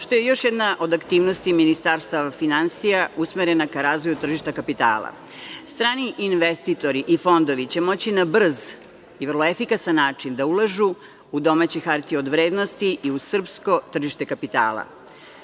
što je još jedna od aktivnosti Ministarstva finansija usmerena ka razvoju tržišta kapitala. Strani investitori i fondovi će moći na brz i vrlo efikasan način da ulažu u domaće hartije od vrednosti i u srpsko tržište